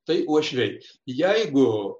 tai uošviai jeigu